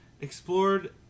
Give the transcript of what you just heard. explored